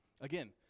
Again